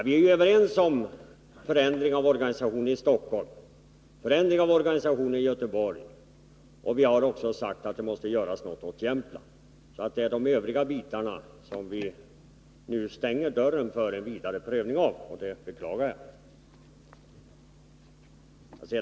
Vi är ense när det gäller en förändring av organisationen i Stockholm och Göteborg. Vi har också sagt att det måste göras något åt förhållandena i Jämtland. Det är i fråga om de övriga bitarna som ni nu stänger dörren för en vidare prövning — och det beklagar jag.